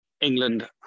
England